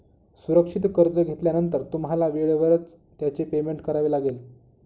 सुरक्षित कर्ज घेतल्यानंतर तुम्हाला वेळेवरच त्याचे पेमेंट करावे लागेल